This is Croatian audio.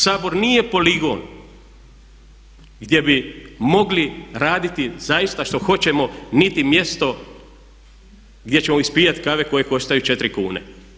Sabor nije poligon gdje bi mogli raditi zaista šta hoćemo niti mjesto gdje ćemo ispijati kave koje koštaju 4 kune.